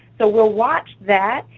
so we'll watch that,